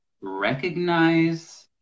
recognize